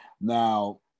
Now